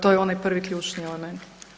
To je onaj prvi ključni element.